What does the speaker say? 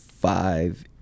five